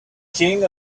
king